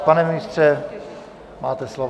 Pane ministře, máte slovo.